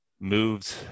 moved